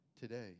today